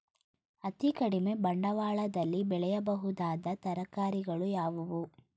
ಅತೀ ಕಡಿಮೆ ಬಂಡವಾಳದಲ್ಲಿ ಬೆಳೆಯಬಹುದಾದ ತರಕಾರಿಗಳು ಯಾವುವು?